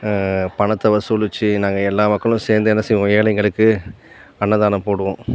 பணத்தை வசூலித்து நாங்க எல்லா மக்களும் சேர்ந்து என்ன செய்வோம் ஏழைகளுக்கு அன்னதானம் போடுவோம்